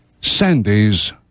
Sandy's